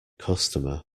customer